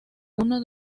uno